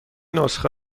نسخه